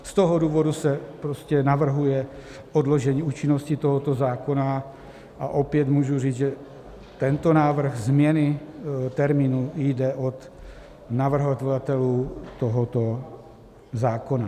Z toho důvodu se navrhuje odložení účinnosti tohoto zákona a opět můžu říct, že tento návrh změny termínů jde od navrhovatelů tohoto zákona.